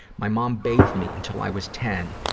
my mom bathed me until i was ten,